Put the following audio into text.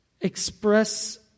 express